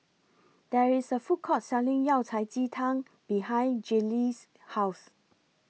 There IS A Food Court Selling Yao Cai Ji Tang behind Gillie's House